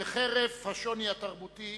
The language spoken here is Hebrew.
וחרף השוני התרבותי,